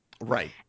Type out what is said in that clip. Right